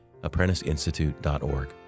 ApprenticeInstitute.org